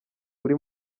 uri